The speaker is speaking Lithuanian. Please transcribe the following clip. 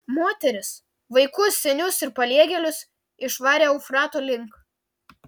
moteris vaikus senius ir paliegėlius išvarė eufrato link